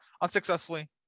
unsuccessfully